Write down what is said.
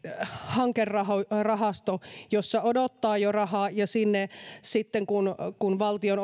hankerahasto jossa jo odottaa rahaa ja kun sinne sitten valtion